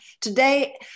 today